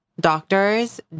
doctors